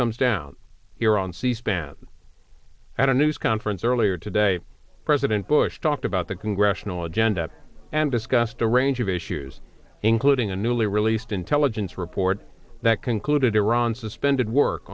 come down here on c span at a news conference earlier today president bush talked about the congressional agenda and discussed a range of issues including a newly released intelligence report that concluded iran suspended work